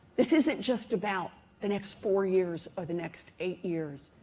this isn't just about the next four years, or the next eight years.